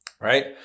right